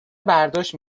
برداشت